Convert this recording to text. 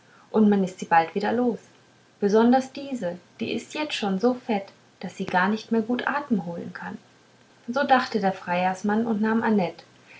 und man ist sie bald wieder los besonders diese die ist schon jetzt so fett daß sie gar nicht mehr gut atem holen kann so dachte der freiersmann und nahm annett